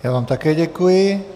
Já vám také děkuji.